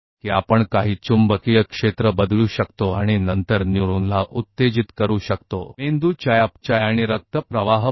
हम कुछ चुंबकीय क्षेत्र को बदल सकते हैं और फिर न्यूरॉन को उत्तेजित कर सकते हैं अप्रत्यक्ष संकेतों को मापते हैं जैसे मस्तिष्क चयापचय और रक्त प्रवाह